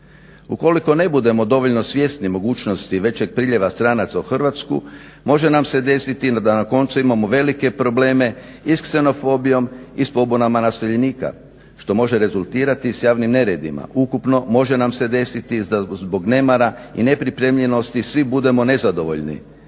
Ukoliko ne budemo dovoljno svjesni mogućnosti većeg priljeva stranaca u Hrvatsku može nam se desiti da na koncu imamo velike probleme i s ksenofobijom i s pobunama naseljenika što može rezultirati s javnim neredima. Ukupno može nam se desiti da zbog nemara i nepripremljenosti svi budemo nezadovoljni